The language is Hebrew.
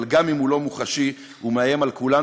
אבל גם אם הוא לא מוחשי הוא מאיים על כולנו,